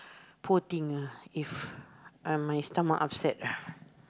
poor thing ah if uh my stomach upset ah